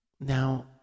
Now